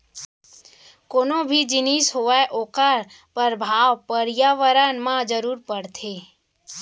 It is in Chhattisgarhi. कोनो भी जिनिस होवय ओखर परभाव परयाबरन म जरूर परथे